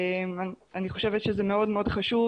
אני חושבת שזה מאוד מאוד חשוב,